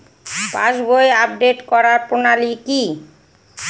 পাসবই update করার প্রণালী কি?